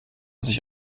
sich